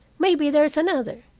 maybe there's another.